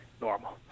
normal